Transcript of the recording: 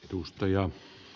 edustaja